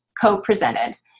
Co-presented